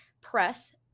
press